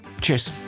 Cheers